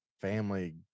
family